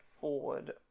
forward